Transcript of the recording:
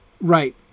Right